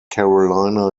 carolina